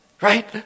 Right